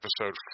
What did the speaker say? episode